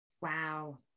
Wow